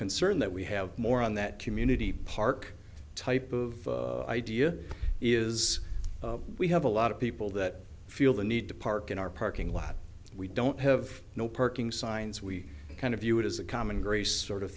concern that we have more on that community park type of idea is we have a lot of people that feel the need to park in our parking lot we don't have no parking signs we kind of view it as a common grace sort of